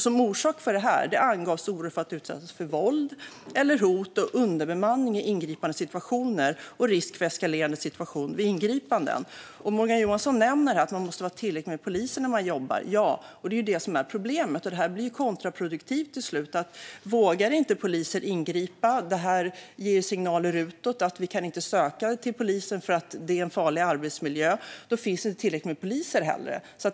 Som orsak till detta angavs oro för att utsättas för våld eller hot, underbemanning i ingripandesituationer och risk för eskalerande situation vid ingripanden. Morgan Johansson nämner att det måste vara tillräckligt med poliser när man jobbar. Ja, och det är det som är problemet. Detta blir till slut kontraproduktivt. Vågar inte poliser ingripa ger det signaler om att man inte kan söka till polisen eftersom det är en farlig arbetsmiljö. Då finns det inte tillräckligt med poliser heller.